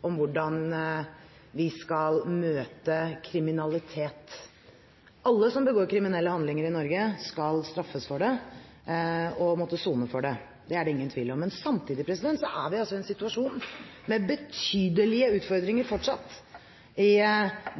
om hvordan vi skal møte kriminalitet. Alle som begår kriminelle handlinger i Norge, skal straffes for det og måtte sone for det. Det er det ingen tvil om. Samtidig er vi i en situasjon med betydelige utfordringer fortsatt i